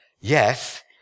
Yes